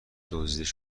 دزدیده